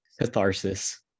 Catharsis